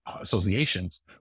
associations